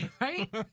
Right